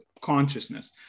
consciousness